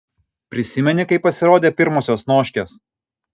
prisimeni kai pasirodė pirmosios noškės